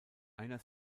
einer